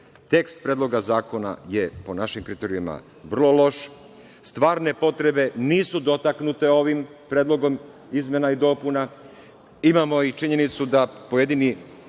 Tekst predloga zakona je po našim kriterijumima vrlo loš. Stvarne potrebe nisu dotaknute ovim predlogom izmena i dopuna. Imamo i činjenicu da pojedini